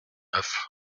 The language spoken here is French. neuf